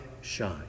shine